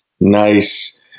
Nice